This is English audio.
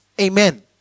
Amen